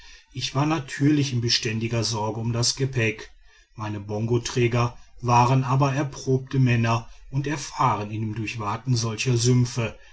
ich war natürlich in beständiger sorge um das gepäck meine bongoträger waren aber erprobte männer und erfahren in dem durchwaten solcher sümpfe